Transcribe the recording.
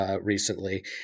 recently